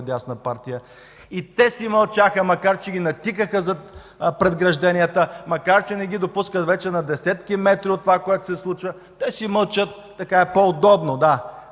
И те си мълчаха, макар че ги натикаха зад загражденията, макар че не ги допускат вече на десетки метри от това, което се случва. Те си мълчат – така е по-удобно,